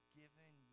given